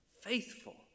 faithful